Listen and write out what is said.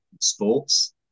sports